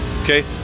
okay